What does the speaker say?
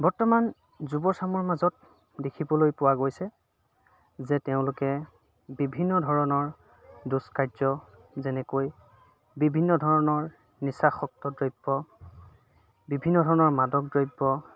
বৰ্তমান যুৱ চামৰ মাজত দেখিবলৈ পোৱা গৈছে যে তেওঁলোকে বিভিন্ন ধৰণৰ দুষ্কাৰ্য যেনেকৈ বিভিন্ন ধৰণৰ নিচা শক্ত দ্ৰব্য বিভিন্ন ধৰণৰ মাদক দ্ৰব্য